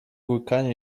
łykanie